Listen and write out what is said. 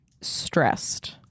stressed